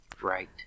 Right